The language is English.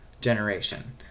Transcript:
generation